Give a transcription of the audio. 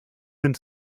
into